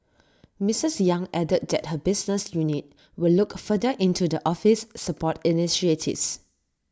Missus yang added that her business unit will look further into the office's support initiatives